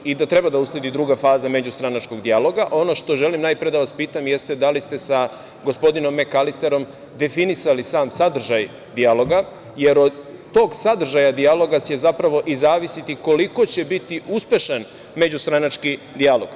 Obzirom da se 1. mart bliži i da treba da usledi druga faza međustranačkog dijaloga, ono što želim da vas pitam jeste da li ste sa gospodinom Mekalisterom definisali sam sadržaj dijaloga, jer od tog sadržaja dijaloga će zapravo i zavisiti koliko će biti uspešan međustranački dijalog?